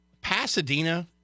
Pasadena